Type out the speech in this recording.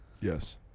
Yes